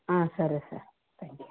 సరే sir thank you